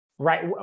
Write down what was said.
Right